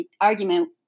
argument